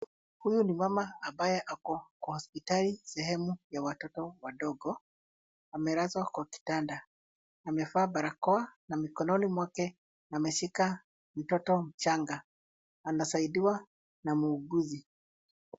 Huyu ni mama ambaye ako kwa hospitali sehemu ya watoto wadogo. Amelazwa kwa kitanda. Amevaa barakoa na mikononi mwake ameshika mtoto mchanga. Anasaidiwa na muuguzi.